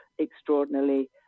extraordinarily